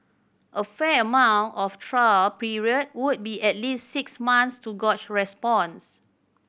a fair amount of trial period would be at least six months to gauge response